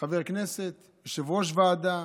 חבר כנסת, יושב-ראש ועדה,